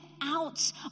out